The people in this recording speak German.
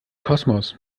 kosmos